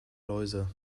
läuse